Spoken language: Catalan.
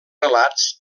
relats